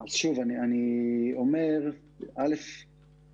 אני אומר את זה בחיוב לחלוטין.